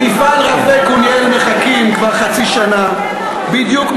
במפעל "רעפי קוניאל" מחכים כבר חצי שנה בדיוק,